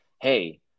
hey